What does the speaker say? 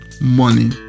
money